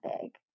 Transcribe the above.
big